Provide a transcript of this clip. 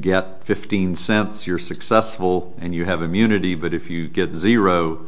get fifteen cents you're successful and you have immunity but if you get zero